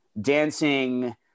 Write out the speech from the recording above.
dancing